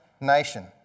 nation